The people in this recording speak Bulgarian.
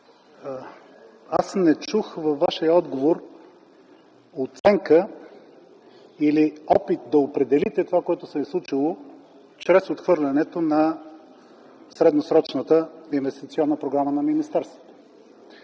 аз не чух във Вашия отговор оценка или опит да определите това, което се е случило чрез отхвърлянето на средносрочната инвестиционна програма на министерството.